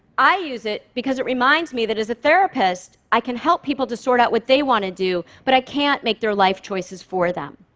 i use it because it reminds me that as a therapist, i can help people to sort out what they want to do, but i can't make their life choices for them.